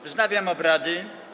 Wznawiam obrady.